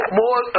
more